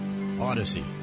Odyssey